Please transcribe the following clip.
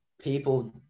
people